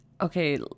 okay